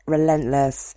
Relentless